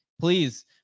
Please